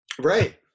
Right